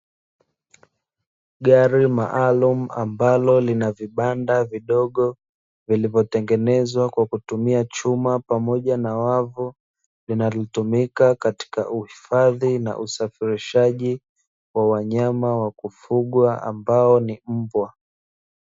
Gari maalumu ambalo lina vibanda vidogo, vilivotengenezwa kwa kutumia chuma pamoja na wavu, linalotumika katika uhifadhi na usafirishaji, wa wanyama wakufugwa ambao ni mbwa.